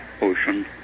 ocean